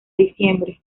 diciembre